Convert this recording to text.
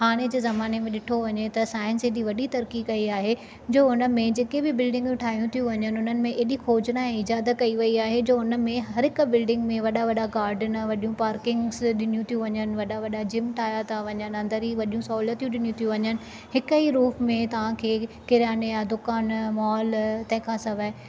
हाणे जे ज़माने में ॾिठो वञे त साइंस हेॾी वॾी तरकी कई आहे जो हुन में जेके बि बिल्डिंगियूं ठाहियूं थियूं वञनि हुननि में एॾी खोजना इजाद कई वई आहे जो हुन में हर हिक बिल्डिंग में वॾा वॾा गार्डन वॾियूं पार्किंगसि ॾिनियूं थियूं वञनि वॾा वॾा जिम ठाहिया था वञनि अंदरि ई वॾियूं सहूलियतूं ॾिनियूं थियूं वञनि हिक ई रूफ में तव्हां खे किरयाने जा दुकान मॉल तंहिं खां सवाए